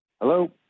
hello